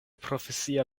profesia